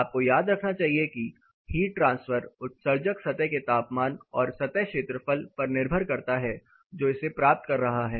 आपको याद रखना चाहिए कि हीट ट्रांसफर उत्सर्जक सतह के तापमान और सतह क्षेत्रफल पर निर्भर करता है जो इसे प्राप्त कर रहा है